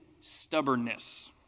stubbornness